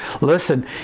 listen